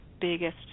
biggest